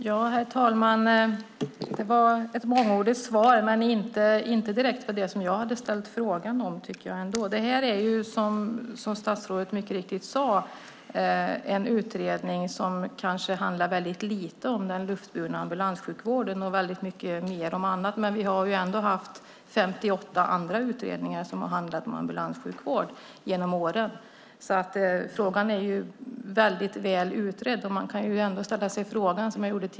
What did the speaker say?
Herr talman! Det var ett mångordigt svar men inte direkt på vad jag hade frågat om. Som statsrådet mycket riktigt sade är det här en utredning som kanske handlar lite om den luftburna ambulanssjukvården och mycket mer om annat, men vi har ändå haft 58 andra utredningar som har handlat om ambulanssjukvård genom åren. Frågan är väl utredd.